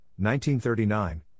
1939